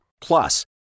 Plus